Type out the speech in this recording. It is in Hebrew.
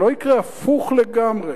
שלא יקרה הפוך לגמרי.